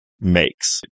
makes